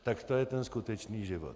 Tak to je ten skutečný život.